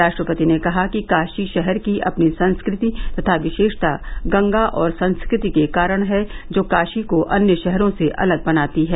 राष्ट्रपति ने कहा कि काशी शहर की अपनी संस्कृति तथा विशेषता गंगा और संस्कृति के कारण है जो काशी को अन्य शहरों से अलग बनाती है